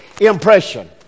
impression